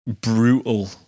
brutal